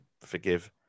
forgive